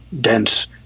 dense